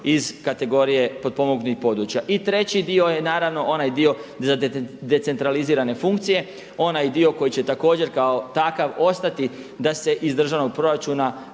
iz kategorije potpomognutih područja. I treći dio je naravno onaj dio za decentralizirane funkcije, onaj dio koji će također kao takav ostati da se iz državnog proračuna